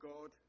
God